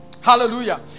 Hallelujah